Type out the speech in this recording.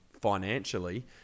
financially